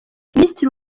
minisitiri